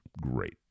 Great